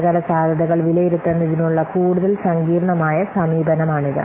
അപകടസാധ്യതകൾ വിലയിരുത്തുന്നതിനുള്ള കൂടുതൽ സങ്കീർണമായ സമീപനമാണിത്